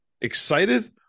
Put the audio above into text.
Excited